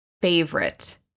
favorite